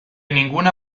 ninguna